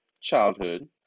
Childhood